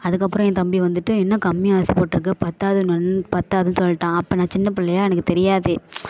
அதுக்கப்புறம் என் தம்பி வந்துவிட்டு என்ன கம்மியாக அரிசி போட்டுருக்க பத்தாதுனொன் பத்தாதுன்னு சொல்லிட்டான் அப்போ நான் சின்னப் பிள்ளையா எனக்கு தெரியாது